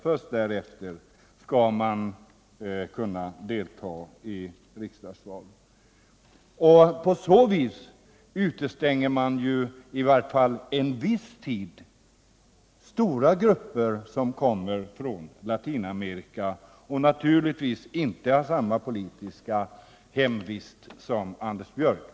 Först därefter skall de kunna delta i riksdagsval. På så sätt utestänger man ju i vart fall en viss tid stora grupper som kommer från Latinamerika och naturligtvis inte har samma politiska hemvist som Anders Björck.